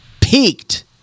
peaked